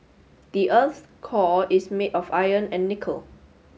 the earth's core is made of iron and nickel